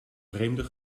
vreemde